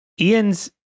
ian's